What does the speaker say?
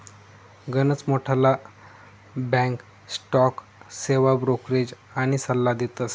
गनच मोठ्ठला बॅक स्टॉक सेवा ब्रोकरेज आनी सल्ला देतस